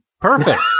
Perfect